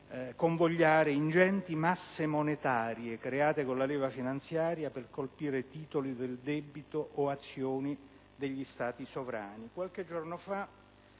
convogliare ingenti masse monetarie, create con la leva finanziaria, per colpire titoli del debito o obbligazioni degli Stati sovrani. Qualche giorno fa,